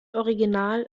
original